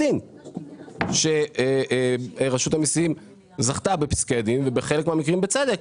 דין שרשות המיסים זכתה בפסקי הדין ובחלק מהמקרים בצדק,